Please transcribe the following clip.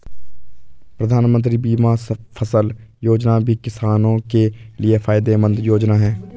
प्रधानमंत्री बीमा फसल योजना भी किसानो के लिये फायदेमंद योजना है